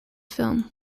film